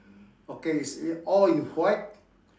okay it's all in white